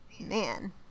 Man